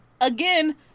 Again